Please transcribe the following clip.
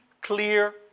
clear